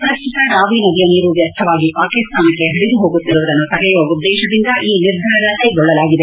ಪ್ರಸ್ತುತ ರಾವಿ ನದಿಯ ನೀರು ವ್ವರ್ಥವಾಗಿ ಪಾಕಿಸ್ತಾನಕ್ಕೆ ಪರಿದುಹೋಗುತ್ತಿರುವುದನ್ನು ತಡೆಯುವ ಉದ್ದೇಶದಿಂದ ಈ ನಿರ್ಧಾರ ಕೈಗೊಳ್ಳಲಾಗಿದೆ